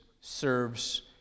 serves